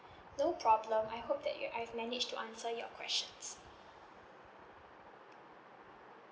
no problem I hope that you I've managed to answer your question